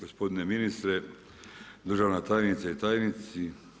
Gospodine ministre, državna tajnice i tajnici.